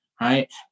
right